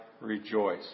rejoice